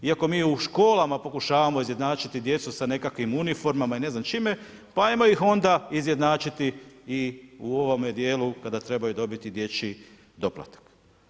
Iako mi u školama pokušavamo izjednačiti djecu sa nekakvim uniformama i ne znam čime, pa ajmo ih onda izjednačiti i u ovome dijelu kada trebaju dobiti dječji doplatak.